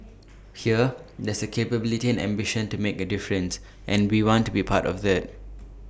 here there's capability and ambition to make A difference and we want to be A part of that